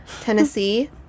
Tennessee